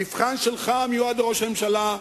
המבחן שלך, המיועד לראש הממשלה,